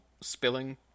spilling